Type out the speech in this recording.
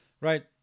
Right